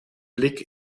blick